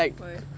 why